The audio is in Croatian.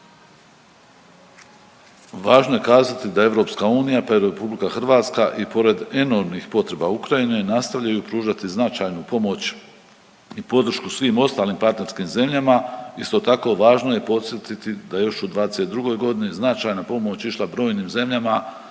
Važno je kazati da EU, pa i RH i pored enormnih potreba Ukrajine nastavljaju pružati značajnu pomoć i podršku svim ostalim partnerskim zemljama. Isto tako važno je podsjetiti da još u '22. godini značajna pomoć išla brojnim zemljama